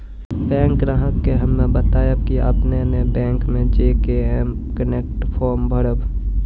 bank ग्राहक के हम्मे बतायब की आपने ने बैंक मे जय के एम कनेक्ट फॉर्म भरबऽ